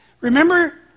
Remember